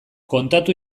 kontatu